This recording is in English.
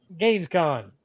GamesCon